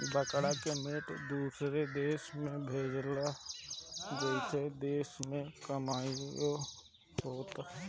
बकरा के मीट भारत दूसरो देश के भेजेला जेसे देश के कमाईओ होता